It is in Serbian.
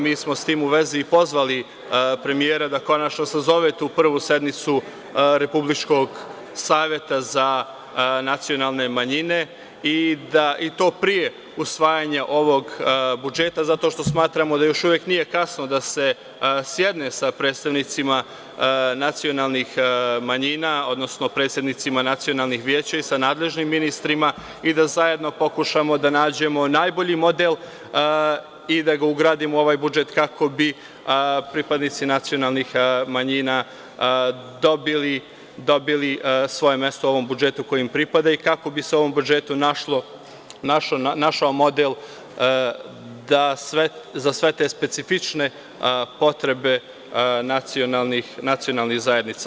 Mi smo, s tim u vezi, pozvali premijera da konačno sazove tu prvu sednicu Republičkog saveta za nacionalne manjine i to pre usvajanja ovog budžeta, zato što smatramo da još uvek nije kasno da se sedne sa predstavnicima nacionalnih manjina, odnosno predsednicima nacionalnih veća i sa nadležnim ministrima i da zajedno pokušamo da nađemo najbolji model i da ga ugradimo u ovaj budžet, kako bi pripadnici nacionalnih manjina dobili svoje mesto koje im pripada u ovom budžetu, i kako bi se u ovom budžetu našao model za sve te specifične potrebe nacionalnih zajednica.